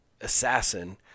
assassin